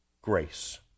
grace